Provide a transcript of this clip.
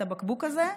את הבקבוק הזה,